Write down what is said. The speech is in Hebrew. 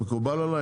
מקובל עליי,